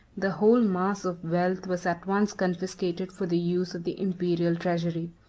the whole mass of wealth was at once confiscated for the use of the imperial treasury.